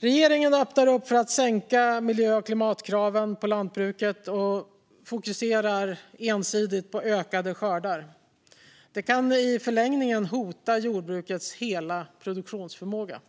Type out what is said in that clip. Regeringen öppnar för att sänka miljö och klimatkraven på lantbruket och fokuserar ensidigt på ökade skördar. Det kan i förlängningen hota jordbrukets hela produktionsförmåga.